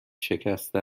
شکسته